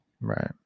right